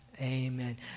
amen